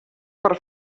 per